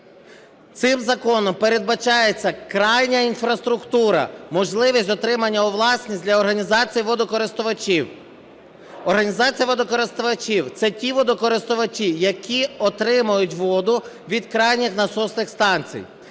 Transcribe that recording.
Цим законом передбачається крайня інфраструктура, можливість отримання у власність для організації водокористувачів. Організація водокористувачів - це ті водокористувачі, які отримують воду від кранів насосних станцій.